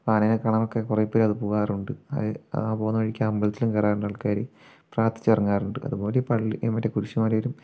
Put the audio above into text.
ആനയെ കാണാൻ ഒക്കെ കുറേപ്പേര് അത് പോകാറുണ്ട് ആ പോകുന്ന വഴിക്ക് അമ്പലത്തിലും കയറാറുണ്ട് ആൾക്കാര് പ്രാർത്ഥിച്ച് ഇറങ്ങാറുണ്ട് അതുപോലെ പള്ളി മറ്റേ കുരിശ് മലയിലും